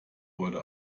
heute